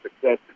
success